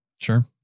Sure